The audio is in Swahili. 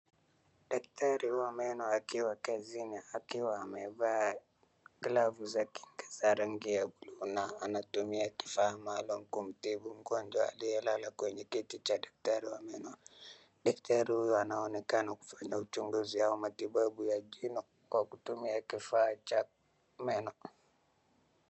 Daktari wa meno akiwa kazini amevaa glavu za kinga za rangi ya buluu na anatumia kifaa maalum kumtibu mgonjwa aliyelala kwenye kiti cha daktari wa meno. Daktari huyu anaonekana kufanya uchunguzi au matibabu ya jino kwa kutumia kifaa cha meno.